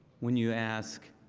when you ask